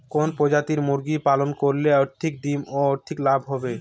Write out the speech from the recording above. কোন প্রজাতির মুরগি পালন করলে অধিক ডিম ও অধিক লাভ হবে?